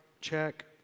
check